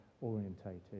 orientated